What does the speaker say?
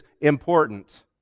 important